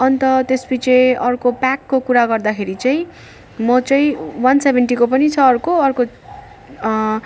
अन्त त्यस पछि अर्को प्याकको कुरा गर्दाखेरि चाहिँ म चाहिँ वान सेभेन्टीको पनि छ अर्को अर्को